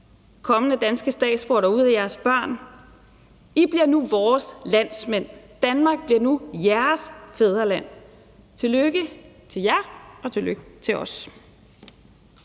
kommende danske statsborgere derude og jeres børn bliver nu vores landsmænd, og Danmark bliver nu jeres fædreland. Tillykke til jer, og tillykke til os!